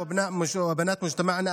להלן תרגומם: בני ובנות החברה שלנו,